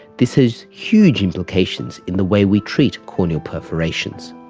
this has huge implications in the way we treat corneal perforations.